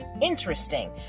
interesting